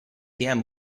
atm